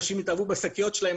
אנשים התאהבו בשקיות שלהם.